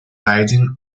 riding